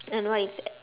and what is that